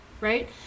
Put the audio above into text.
right